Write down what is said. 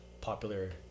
popular